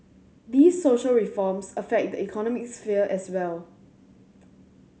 these social reforms affect the economic sphere as well